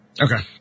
okay